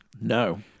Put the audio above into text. no